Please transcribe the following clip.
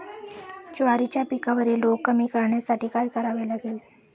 ज्वारीच्या पिकावरील रोग कमी करण्यासाठी काय करावे लागेल?